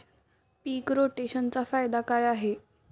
पीक रोटेशनचा फायदा काय आहे?